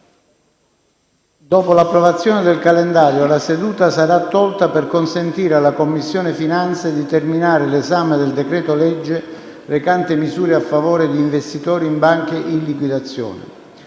Dopo l’approvazione del calendario, la seduta sarà tolta per consentire alla Commissione finanze di terminare l’esame del decreto-legge recante misure a favore di investitori in banche in liquidazione.